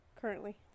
currently